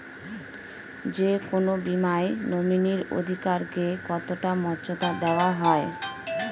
যে কোনো বীমায় নমিনীর অধিকার কে কতটা মর্যাদা দেওয়া হয়?